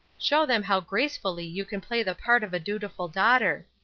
show them how gracefully you can play the part of a dutiful daughter.